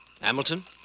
Hamilton